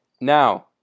Now